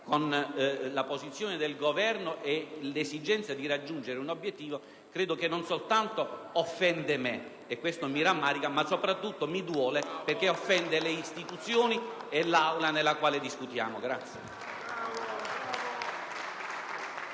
con la posizione del Governo e l'esigenza di raggiungere un obiettivo, credo che non soltanto offenda me - e questo mi rammarica - ma soprattutto mi duole che offende le istituzioni e l'Aula nella quale discutiamo.